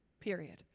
period